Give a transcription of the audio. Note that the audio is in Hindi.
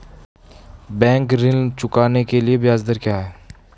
बैंक ऋण चुकाने के लिए ब्याज दर क्या है?